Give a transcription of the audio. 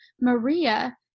Maria